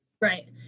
Right